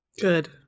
Good